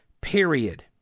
period